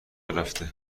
رفته